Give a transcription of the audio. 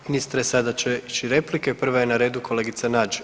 Ministre sada će ići replike, prva je na redu kolegica Nađ.